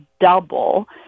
double